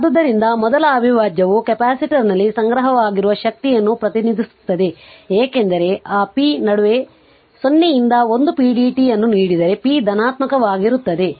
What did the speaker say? ಆದ್ದರಿಂದ ಮೊದಲ ಅವಿಭಾಜ್ಯವು ಕೆಪಾಸಿಟರ್ನಲ್ಲಿ ಸಂಗ್ರಹವಾಗಿರುವ ಶಕ್ತಿಯನ್ನು ಪ್ರತಿನಿಧಿಸುತ್ತದೆ ಏಕೆಂದರೆ ಆ p ನಡುವೆ 0 ರಿಂದ 1 pdt ಯನ್ನು ನೀಡಿದರೆ p ಧನಾತ್ಮಕವಾಗಿರುತ್ತದೆ